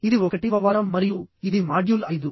ఇది 1వ వారం మరియు ఇది మాడ్యూల్ 5